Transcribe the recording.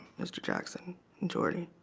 mr. jackson jordan